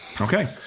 Okay